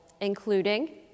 including